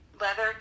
leather